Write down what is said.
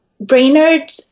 Brainerd